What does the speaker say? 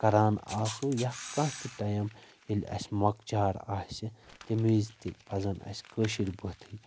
کران آسو یا کانٛہہ تہِ ٹایم ییٚلہِ اسہِ مۄکجار آسہِ تمہِ وِزِ تہِ پزن اسہِ کٲشِر بٲتھٕے